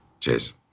cheers